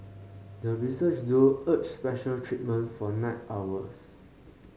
the research duo urged special treatment for night owls